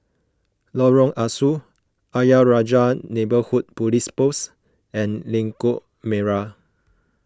Lorong Ah Soo Ayer Rajah Neighbourhood Police Post and Lengkok Merak